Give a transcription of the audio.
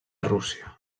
rússia